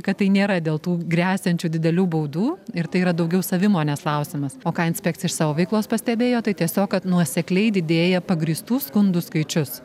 kad tai nėra dėl tų gresiančių didelių baudų ir tai yra daugiau savimonės klausimas o ką inspekcija iš savo veiklos pastebėjo tai tiesiog kad nuosekliai didėja pagrįstų skundų skaičius